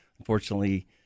Unfortunately